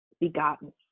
begotten